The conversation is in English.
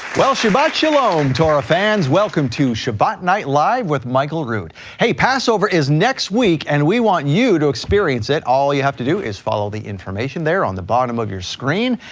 well, shabbat shalom torah fans. welcome to shabbat night live with michael rood. hey, passover is next week and we want you to experience it. all you have to do is follow the information there on the bottom of your screen.